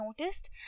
noticed